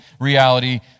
reality